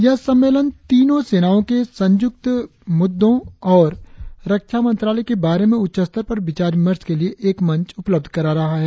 यह सम्मेलन तीनो सेनाओं के सभी संयुक्त मुद्दों और रक्षा मंत्रालय के बारे में उच्चस्तर पर विचार विमर्श के लिए एकमंच उपलब्ध कर रहा है